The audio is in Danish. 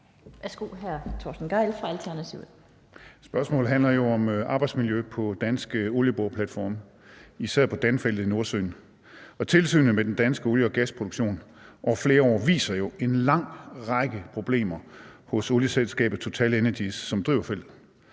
Spørgsmålet handler jo om arbejdsmiljø på danske olieboreplatforme, især på Danfeltet i Nordsøen. Og tilsynet med den danske olie- og gasproduktion viser jo over flere år en lang række problemer hos olieselskabet TotalEnergies, som driver feltet.